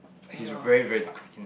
he's very very dark skin